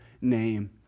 name